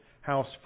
house